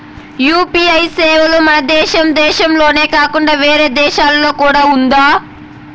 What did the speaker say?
UPI సేవలు మన దేశం దేశంలోనే కాకుండా వేరే దేశాల్లో కూడా ఉందా?